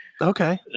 Okay